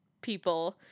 people